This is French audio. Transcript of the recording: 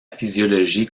physiologie